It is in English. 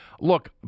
look